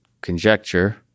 conjecture